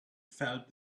felt